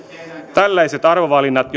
tällaiset arvovalinnat